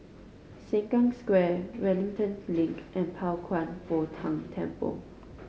Sengkang Square Wellington Link and Pao Kwan Foh Tang Temple